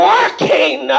Working